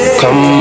come